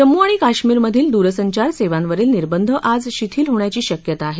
जम्मू आणि कश्मीरमधील दूरसंचार सेवांवरील निर्बंध आज शिथील होण्याची शक्यता आहे